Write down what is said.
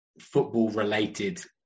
football-related